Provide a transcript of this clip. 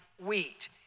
wheat